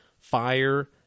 fire